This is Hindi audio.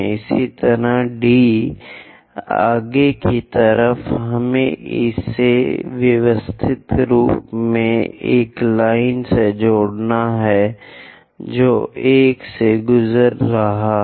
इसी तरह डी आगे की तरफ हमें इसे व्यवस्थित रूप से एक लाइन से जोड़ना है जो 1 से गुजर रहा है